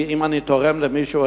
אם אני תורם למישהו,